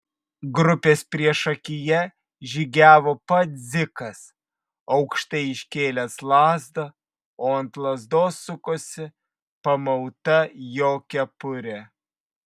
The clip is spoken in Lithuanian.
grupės priešakyje žygiavo pats dzikas aukštai iškėlęs lazdą o ant lazdos sukosi pamauta jo kepurė